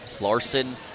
Larson